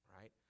right